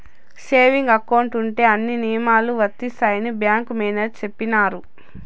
saving account ఉంటే అన్ని నియమాలు వర్తిస్తాయని బ్యాంకు మేనేజర్ చెప్పినారు